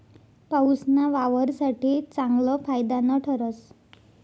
पाऊसना वावर साठे चांगलं फायदानं ठरस